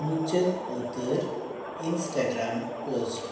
ᱢᱩᱪᱟᱹᱫ ᱩᱛᱟᱹᱨ Instagram post